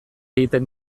egiten